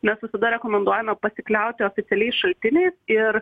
mes visada rekomenduojame pasikliauti oficialiais šaltiniais ir